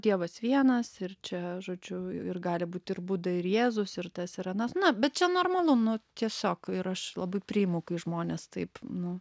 dievas vienas ir čia žodžiu ir gali būt ir buda ir jėzus ir tas ir anas na bet čia normalu nu tiesiog ir aš labai priimu kai žmonės taip nu